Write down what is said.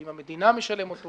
האם המדינה משלמת אותו,